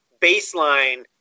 baseline